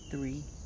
Three